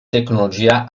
tecnologia